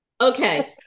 Okay